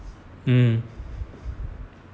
mm